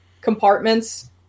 compartments